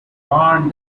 barn